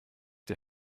die